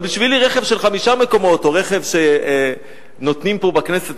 אבל בשבילי רכב של חמישה מקומות או רכב שנותנים פה בכנסת,